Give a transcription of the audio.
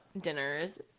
dinners